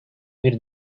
bir